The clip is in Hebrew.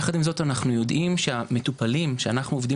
יחד עם זאת אנחנו יודעים שהמטופלים שאנחנו עובדים